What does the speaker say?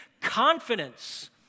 confidence